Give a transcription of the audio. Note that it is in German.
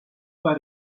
bei